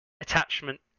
attachment